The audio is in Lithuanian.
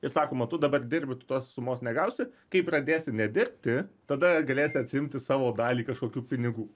ir sakoma tu dabar dirbi tu tos sumos negausi kai pradėsi nedirbti tada galėsi atsiimti savo dalį kažkokių pinigų